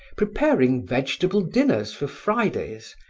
preparing vegetable dinners for fridays,